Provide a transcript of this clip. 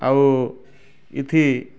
ଆଉ ଇଥି